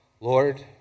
lord